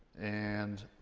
and.